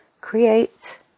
Create